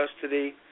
custody